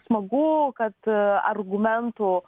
smagu kad argumentų